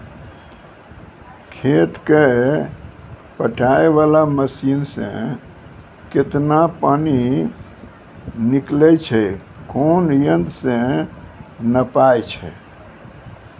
खेत कऽ पटाय वाला मसीन से केतना पानी निकलैय छै कोन यंत्र से नपाय छै